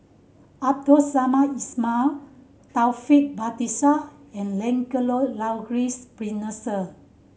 Abdul Samad Ismail Taufik Batisah and Lancelot Maurice Pennefather